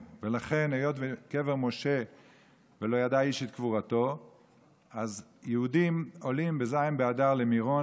מאמין, ובמה שרוב היהודים בארץ ישראל מאמינים